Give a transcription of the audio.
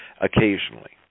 occasionally